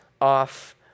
off